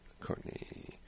Courtney